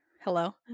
Hello